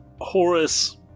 Horus